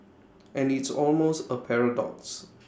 and it's almost A paradox